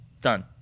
done